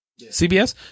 CBS